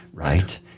Right